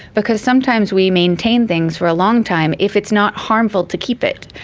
because sometimes we maintain things for a long time if it's not harmful to keep it.